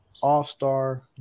All-Star